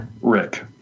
Rick